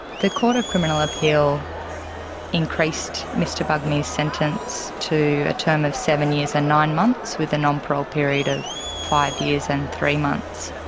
the court of criminal appeal increased mr bugmy's sentence to a term of seven years and nine months with a non-parole non-parole period of five years and three months.